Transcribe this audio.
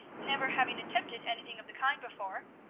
never having attempted anything of the kind before,